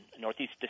Northeast